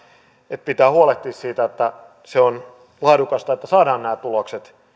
että pitää huolehtia siitä että se on laadukasta että saadaan nämä tulokset